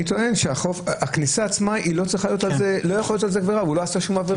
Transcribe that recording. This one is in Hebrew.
טוען שהכניסה עצמה לא יכולה להיות עבירה כי הוא לא עשה שום עבירה